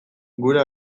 gure